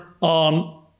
on